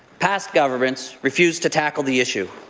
past governments refused to tacking the issue.